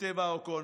כתב האקונומיסט.